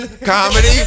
comedy